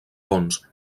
pons